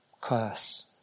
curse